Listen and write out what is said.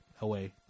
away